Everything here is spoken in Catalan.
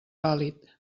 pàl·lid